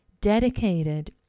dedicated